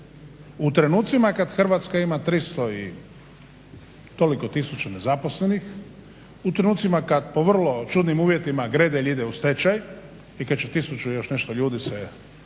U trenucima kada Hrvatska 300 i toliko tisuća nezaposlenih u trenucima kada po vrlo čudnim uvjetima Gredelj ide u stečaj i kada će tisuću i još nešto ljudi se naći